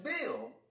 bill